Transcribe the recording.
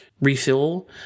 refill